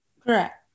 Correct